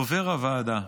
ולדובר הוועדה,